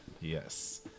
Yes